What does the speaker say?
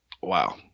Wow